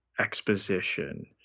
exposition